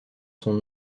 son